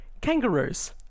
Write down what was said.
kangaroos